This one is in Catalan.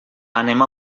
anem